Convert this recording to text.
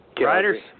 riders